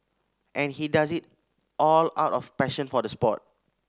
and he does it all out of passion for the sport